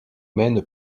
mène